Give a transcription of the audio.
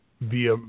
via